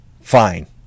Fine